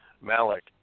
Malik